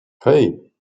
hei